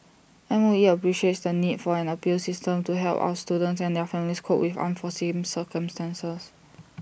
M O E appreciates the need for an appeals system to help our students and their families cope with unforeseen circumstances